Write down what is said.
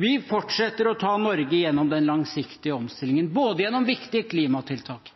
Vi fortsetter å ta Norge gjennom den langsiktige omstillingen, gjennom både viktige klimatiltak,